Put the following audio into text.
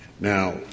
Now